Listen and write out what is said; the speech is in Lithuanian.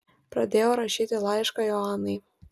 pradėjau rašyti laišką joanai